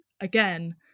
again